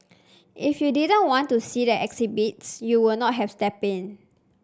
if you didn't want to see the exhibits you will not have step in